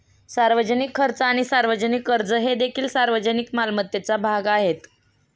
सार्वजनिक खर्च आणि सार्वजनिक कर्ज हे देखील सार्वजनिक मालमत्तेचा भाग आहेत